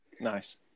Nice